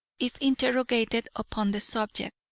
if interrogated upon the subject.